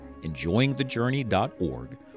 enjoyingthejourney.org